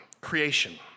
Creation